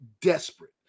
desperate